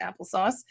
applesauce